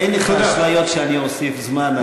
אין לך אשליות שאני אוסיף זמן על,